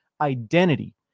identity